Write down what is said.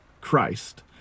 christ